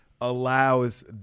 allows